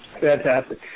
Fantastic